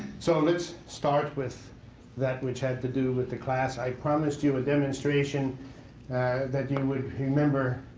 so let's start with that which had to do with the class. i promised you a demonstration that you would remember,